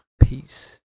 Peace